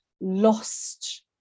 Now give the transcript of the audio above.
lost